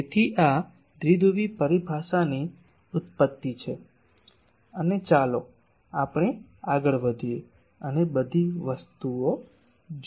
તેથી આ આ ડાયપોલ પરિભાષાની ઉત્પત્તિ છે અને ચાલો આપણે આગળ વધીએ અને વધુ વસ્તુઓ જોઈએ